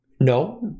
No